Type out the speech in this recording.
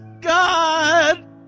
God